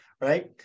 right